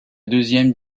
deuxième